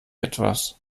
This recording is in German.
etwas